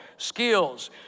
skills